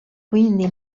quindi